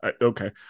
Okay